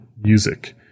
music